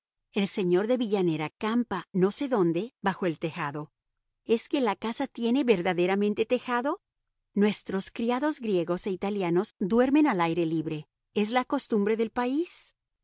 el señor de villanera campa no sé dónde bajo el tejado es que la casa tiene verdaderamente tejado nuestros criados griegos e italianos duermen al aire libre es la costumbre del país